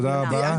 תודה רבה.